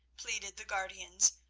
pleaded the guardians,